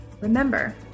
Remember